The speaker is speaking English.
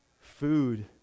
Food